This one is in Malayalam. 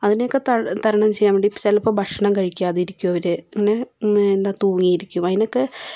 അതിനെ ഒക്കെ തരണം ചെയ്യാൻ വേണ്ടി ചിലപ്പോൾ ഭക്ഷണം കഴിക്കാതിരിക്കും അവര് ഇങ്ങനെ എന്താ തൂങ്ങിയിരിക്കും അതിനൊക്കെ